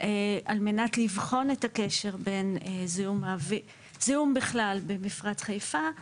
על מנת לבחון את הקשר בין זיהום בכלל במפרץ חיפה לתחלואה,